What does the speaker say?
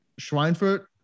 Schweinfurt